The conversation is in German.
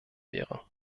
wäre